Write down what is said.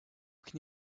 can